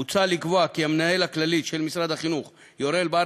מוצע לקבוע כי המנהל הכללי של משרד החינוך יורה לבעל